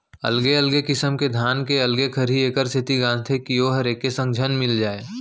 अलगे अलगे किसम के धान के अलगे खरही एकर सेती गांजथें कि वोहर एके संग झन मिल जाय